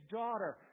daughter